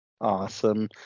awesome